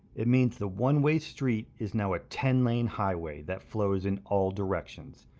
it means the one-way street is now a ten lane highway that flows in all directions.